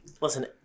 Listen